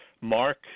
Mark